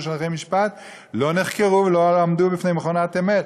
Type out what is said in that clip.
הליכי משפט לא נחקר ולא עמד בפני מכונת אמת.